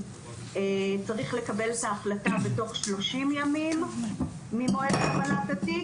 צריך לקבל את ההחלטה בתוך 30 ימים ממועד קבלת התיק,